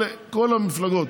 כל המפלגות,